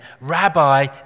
Rabbi